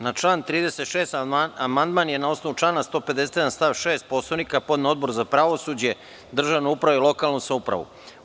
Na član 36. amandman je na osnovu člana 157. stav 6. Poslovnika podneo Odbor za pravosuđe, državnu upravu i lokalnu samoupravu.